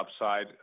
upside